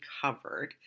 covered